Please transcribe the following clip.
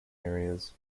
areas